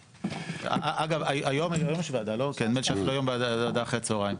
אגב היום יש ועדה אחרי הצהריים.